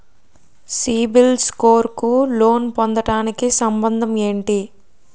CIBIL score కు loan పొందటానికి సంబంధం ఏంటి?